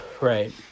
Right